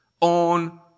on